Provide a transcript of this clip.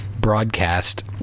broadcast